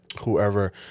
whoever